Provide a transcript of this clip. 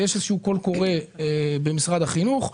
יש קול קורא במשרד החינוך.